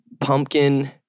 pumpkin